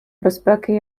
безпеки